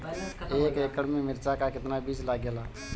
एक एकड़ में मिर्चा का कितना बीज लागेला?